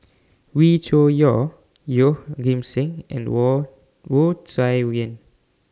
Wee Cho Yaw Yeoh Ghim Seng and Wu Wu Tsai Yen